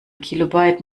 kilobyte